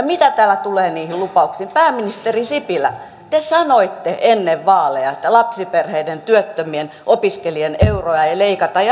mitä täällä tulee niihin lupauksiin niin pääministeri sipilä te sanoitte ennen vaaleja että lapsiperheiden työttömien opiskelijoiden euroja ei leikata ja nyt niitä leikataan